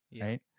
right